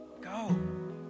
go